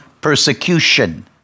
persecution